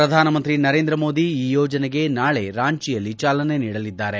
ಪ್ರಧಾನಮಂತ್ರಿ ನರೇಂದ್ರಮೋದಿ ಈ ಯೋಜನೆಗೆ ನಾಳೆ ರಾಂಚಿಯಲ್ಲಿ ಚಾಲನೆ ನೀಡಲಿದ್ದಾರೆ